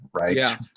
right